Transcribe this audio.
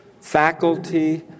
faculty